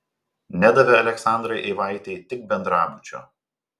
nedavė aleksandrai eivaitei tik bendrabučio